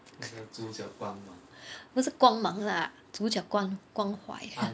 不是光芒 lah 主角关关怀